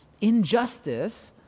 injustice